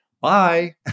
Bye